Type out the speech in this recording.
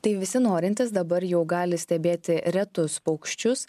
tai visi norintys dabar jau gali stebėti retus paukščius